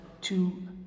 two